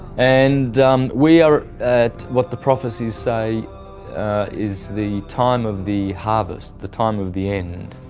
and we are at what the prophecies say is the time of the harvest the time of the end,